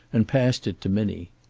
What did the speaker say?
and passed it to minnie.